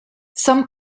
some